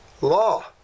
law